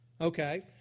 Okay